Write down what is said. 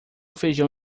feijão